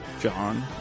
John